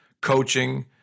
coaching